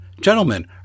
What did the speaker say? Gentlemen